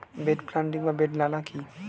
Bed planting বা bed নালা কি?